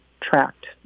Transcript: tracked